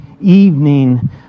evening